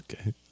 Okay